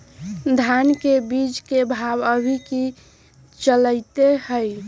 धान के बीज के भाव अभी की चलतई हई?